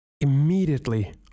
immediately